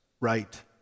right